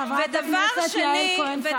חברת הכנסת יעל כהן-פארן,